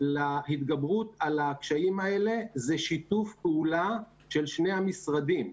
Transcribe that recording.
להתגברות על הקשיים האלה הוא שיתוף פעולה של שני המשרדים.